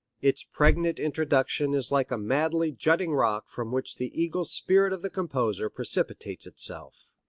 its pregnant introduction is like a madly jutting rock from which the eagle spirit of the composer precipitates itself.